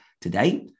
Today